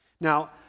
Now